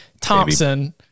Thompson